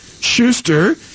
schuster